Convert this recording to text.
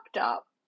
up